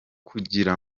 kugira